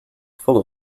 full